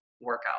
workout